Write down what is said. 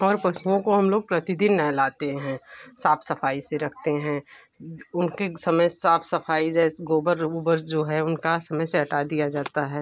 और पशुओं को हम लोग प्रतिदिन नहलाते हैं साफ सफाई से रखते हैं उनके समय साफ सफाई जैसे गोबर ओबर जो है उनका समय से हटा दिया जाता है